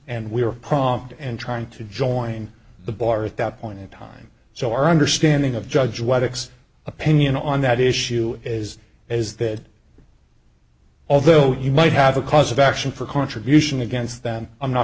and we were prompt and trying to join the bar at that point in time so our understanding of judge what its opinion on that issue is is that although you might have a cause of action for contribution against that and i'm not